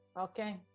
Okay